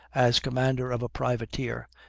as commander of a privateer,